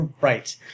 Right